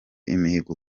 imihigo